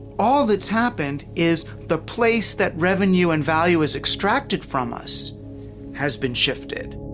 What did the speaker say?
all that's happened is the place that revenue and value is extracted from us has been shifted.